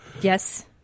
Yes